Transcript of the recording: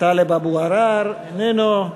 טלב אבו עראר, איננו.